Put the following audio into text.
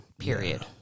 period